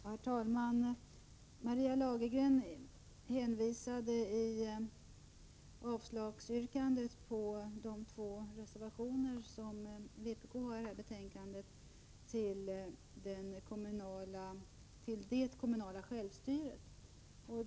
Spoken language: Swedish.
Herr talman! Maria Lagergren hänvisade i sitt avslagsyrkande på de två reservationer som vpk har i detta betänkande till den kommunala självstyrelsen.